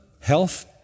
health